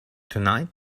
tonight